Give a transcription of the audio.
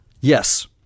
yes